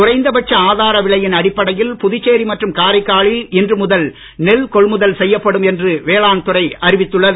குறைந்த பட்ச ஆதார விலையின் அடிப்படையில் புதுச்சேரி மற்றும் காரைக்காலில் இன்று முதல் நெல் கொள்முதல் செய்யப்படும் என்று வேளாண்துறை அறிவித்துள்ளது